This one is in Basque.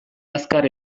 azkar